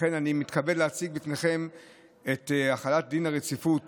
לכן, אני מתכבד להציג בפניכם את החלת דין הרציפות